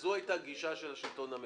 זו היתה הגישה של השלטון המקומי.